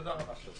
תודה רבה.